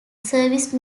service